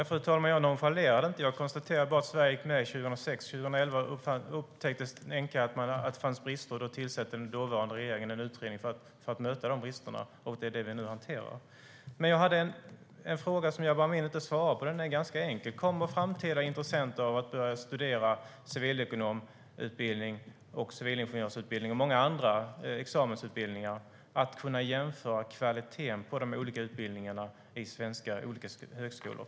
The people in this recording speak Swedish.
Fru talman! Jag nonchalerar det inte. Jag konstaterar bara att Sverige gick med 2006. År 2011 upptäckte ENQA att det fanns brister. Då tillsatte den dåvarande regeringen en utredning för att möta de bristerna. Det är det vi nu hanterar. Men jag hade en fråga som Jabar Amin inte svarade på. Den är ganska enkel. Kommer de som i framtiden är intresserade av att börja med en civilekonomutbildning, civilingenjörsutbildning och många andra examensutbildningar att kunna jämföra kvaliteten på utbildningarna i olika svenska högskolor?